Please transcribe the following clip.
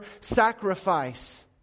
sacrifice